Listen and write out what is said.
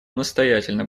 настоятельно